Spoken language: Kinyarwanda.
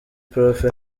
prof